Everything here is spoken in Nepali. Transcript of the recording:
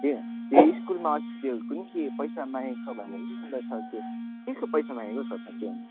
ए ए स्कुलमा अस्ति त्यो कोनि के पैसा मागेको छ भन्दै थियो नि अन्त सर त्यो केको पैसा मागेको हो सर साँच्चै भन्दा